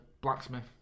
blacksmith